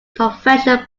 professional